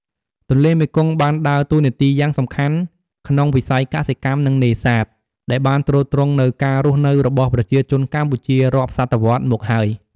ទន្លេមេគង្គបានដើរតួនាទីយ៉ាងសំខាន់ក្នុងវិស័យកសិកម្ម និង នេសាទ ដែលបានទ្រទ្រង់នូវការរស់នៅរបស់ប្រជាជនកម្ពុជា រាប់សតវត្សរ៍មកហើយ។